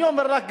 אני אומר לך,